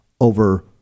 over